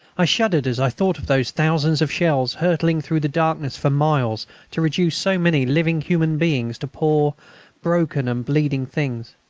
i shuddered as i thought of those thousands of shells, hurtling through the darkness for miles to reduce so many living human beings to poor broken and bleeding things.